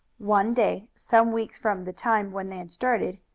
one day, some weeks from the time when they started,